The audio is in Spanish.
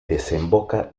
desemboca